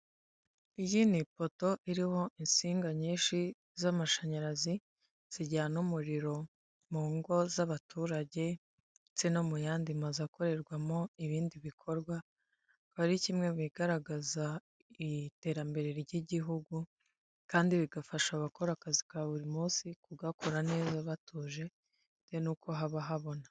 Iyi n'ipoto iriho insinga nyinshi z'amashanyarazi, zijyana umuriro mu ngo z'abaturage, ndetse no mu yandi mazu akorerwamo ibindi bikorwa. Ari kimwe mu bigaragaza iterambere ry'igihugu, kandi bigafasha abakora akazi ka buri munsi kugakora neza batuje, ndetse n'uko haba habona.